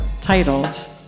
titled